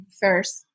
first